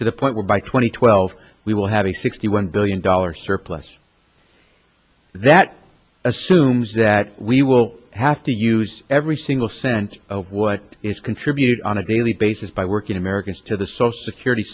to the point where by two thousand and twelve we will have a sixty one billion dollars surplus that assumes that we will have to use every single cent of what is contributed on a daily basis by working americans to the social security